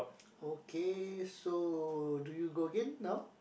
okay so do you go again now